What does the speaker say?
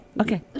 okay